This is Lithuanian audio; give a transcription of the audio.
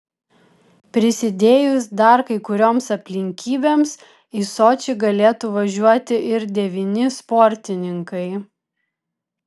prisidėjus dar kai kurioms aplinkybėms į sočį galėtų važiuoti ir devyni sportininkai